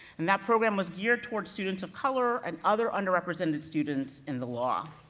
and that program was geared towards students of color and other under-represented students in the law,